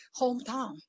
hometown